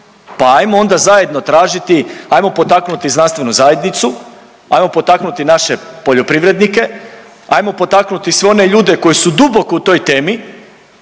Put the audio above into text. pa ajmo onda zajedno tražiti, ajmo potaknuti znanstvenu zajednicu, ajmo potaknuti naše poljoprivrednike, ajmo potaknuti sve one ljude koji su duboko u toj temi